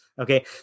Okay